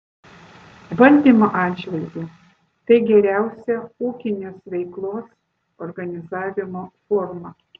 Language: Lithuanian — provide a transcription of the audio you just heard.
valdymo atžvilgiu tai geriausia ūkinės veiklos organizavimo forma